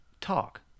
talk